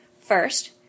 First